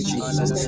Jesus